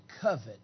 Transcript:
covet